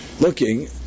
looking